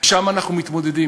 שם אנחנו מתמודדים.